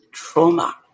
trauma